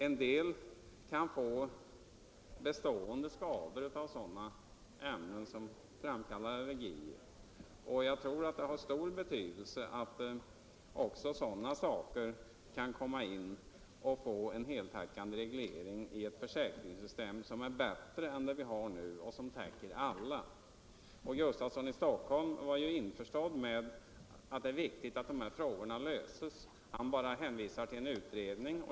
En del kan få bestående skador av sådana ämnen som framkallar allergier. Jag tror att det har stor betydelse att också dessa saker kan få en heltäckande reglering i ett försäkringssystem som är bättre än det vi har nu och som omfattar alla. Herr Gustafsson i Stockholm var ju införstådd med att det är viktigt att lösa de här frågorna. Han bara hänvisar till en utredning.